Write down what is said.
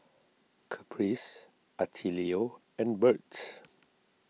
Caprice Attilio and Bert